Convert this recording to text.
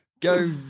Go